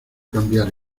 cambiar